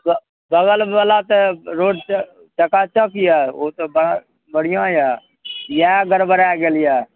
बगलवला तऽ रोड चकाचक यऽ ओ तऽ बड़ा बढ़िआँ यऽ इएह गड़बड़ा गेल यऽ